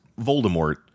Voldemort